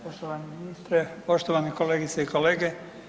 Poštovani ministre, poštovane kolegice i kolege.